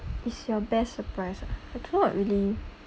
it's your best surprise ah I don't have really